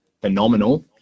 phenomenal